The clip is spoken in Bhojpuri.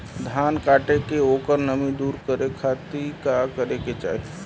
धान कांटेके ओकर नमी दूर करे खाती का करे के चाही?